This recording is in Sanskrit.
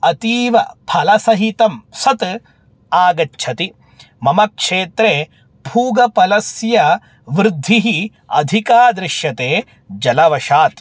अतीवफलसहितं सत् आगच्छति मम क्षेत्रे पूगीफलस्य वृद्धिः अधिका दृश्यते जलवशात्